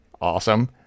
awesome